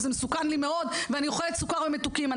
וזה מסוכן לי מאוד ואני אוכלת סוכר ומתוקים.